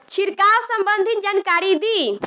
छिड़काव संबंधित जानकारी दी?